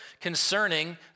concerning